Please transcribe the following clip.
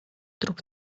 trup